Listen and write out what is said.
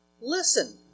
Listen